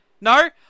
No